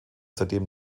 seitdem